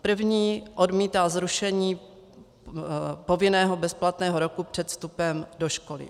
První odmítá zrušení povinného bezplatného roku před vstupem do školy.